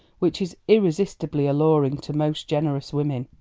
which is irresistibly alluring to most generous women.